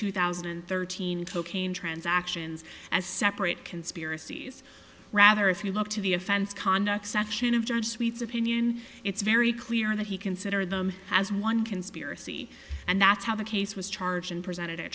two thousand and thirteen cocaine transactions as separate conspiracies rather if you look to the offense conduct section of judge suites opinion it's very clear that he consider them as one conspiracy and that's how the case was charged and presented a